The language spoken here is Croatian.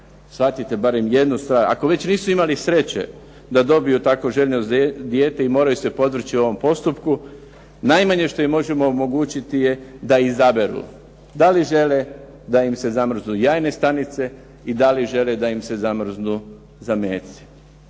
shvatite barem jednu stvar. Ako već nisu imali sreće da dobiju tako željeno dijete i moraju se podvrći ovom postupku, najmanje što im možemo omogućiti da izaberu da li žele da im se zamrznu jajne stanice i da li žele da im se zamrznu zameci.